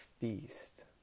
feast